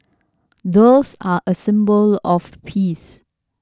doves are a symbol of peace